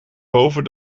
boven